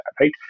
right